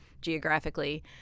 geographically